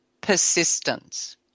persistence